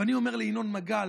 ואני אומר לינון מגל: